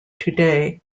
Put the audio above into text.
today